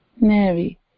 Mary